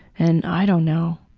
and i don't know.